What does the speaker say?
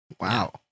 wow